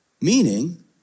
meaning